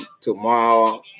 tomorrow